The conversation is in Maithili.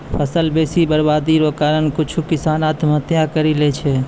फसल बेसी बरवादी रो कारण कुछु किसान आत्महत्या करि लैय छै